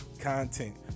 Content